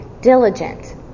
diligent